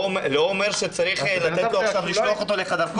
אני לא אומר שצריך לשלוח אותו לחדר כושר,